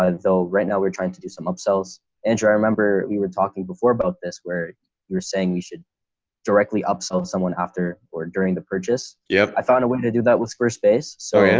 though right now we're trying to do some upsells andrew, i remember we were talking before about this where you're saying we should directly upsell someone after or during the purchase. yeah, i found a way to do that with squarespace. so yeah,